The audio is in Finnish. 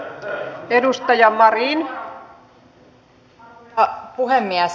arvoisa puhemies